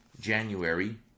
January